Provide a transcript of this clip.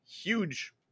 huge